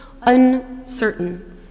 uncertain